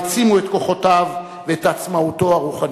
העצימו את כוחותיו ואת עצמאותו הרוחנית.